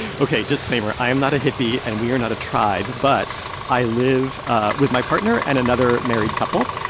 ok. disclaimer i am not a hippie, and we are not a tribe, but i live ah with my partner and another married couple.